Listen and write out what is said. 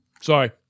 sorry